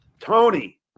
Tony